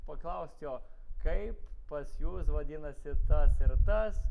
paklaust jo kaip pas jus vadinasi tas ir tas